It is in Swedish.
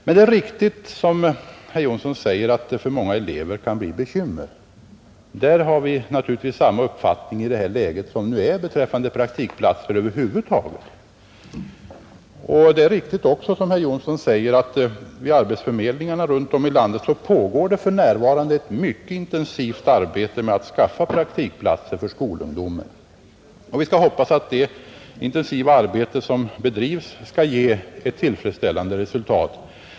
Men det är riktigt som herr Jonsson säger att det för många elever kan bli bekymmer, Vi har naturligtvis samma uppfattning i det läge som nu föreligger beträffande praktikplatser över huvud taget. Det är också riktigt, som herr Jonsson säger, att det vid arbetsförmedlingarna runt om i landet pågår ett mycket intensivt arbete på att skaffa praktikplatser för skolungdomen. Vi skall hoppas att det arbete som bedrivs skall ge ett tillfredsställande resultat.